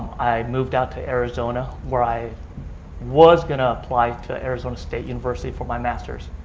i moved out to arizona where i was going to apply to arizona state university for my masters.